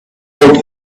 old